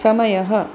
समयः